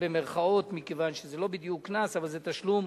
אבל זה תשלום